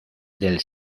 del